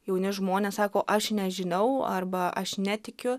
jauni žmonės sako aš nežinau arba aš netikiu